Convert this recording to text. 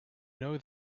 know